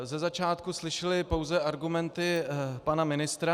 Ze začátku jsme slyšeli pouze argumenty pana ministra.